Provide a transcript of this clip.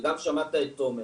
וגם שמעת את תומר,